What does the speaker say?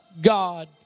God